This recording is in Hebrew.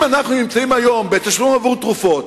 אם אנחנו נמצאים היום בתשלום עבור תרופות,